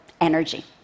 energy